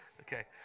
Okay